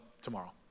tomorrow